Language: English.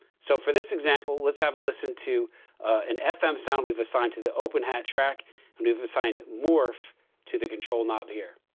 so for this example, let's have a listen to an fm sound we've assigned to the open-hat track and we've assigned morph to the control knob here.